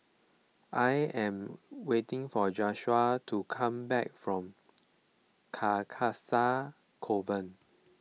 I am waiting for Josiah to come back from Carcasa Convent